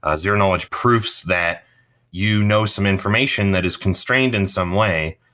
ah zero knowledge proofs that you know some information that is constrained in some way,